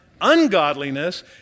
ungodliness